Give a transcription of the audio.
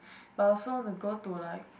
but I also want to go to like